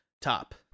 Top